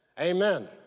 Amen